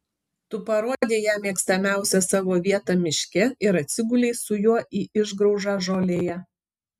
tu parodei jam mėgstamiausią savo vietą miške ir atsigulei su juo į išgraužą žolėje